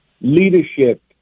leadership